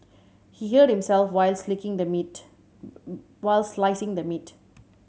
he hurt himself while slicing the meat